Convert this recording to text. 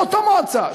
באותה מועצה,